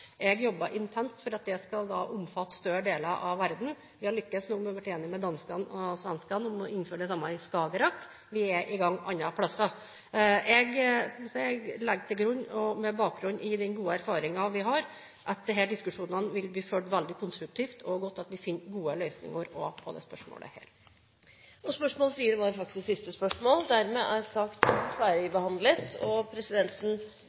Jeg jobber intenst for at det skal omfatte større deler av verden. Vi har nå lyktes og blitt enige med danskene og svenskene om å innføre det samme i Skagerrak, og vi er gang andre plasser. Jeg legger til grunn – med bakgrunn i den gode erfaringen vi har – at disse diskusjonene blir ført veldig konstruktivt og godt for å finne gode løsninger også på dette spørsmålet. Det var faktisk det siste spørsmålet. Det foreligger ikke noe referat. Forlanger noen av de to–tre representantene som er